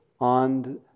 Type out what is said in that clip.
on